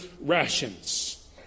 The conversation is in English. rations